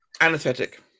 Anesthetic